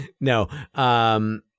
No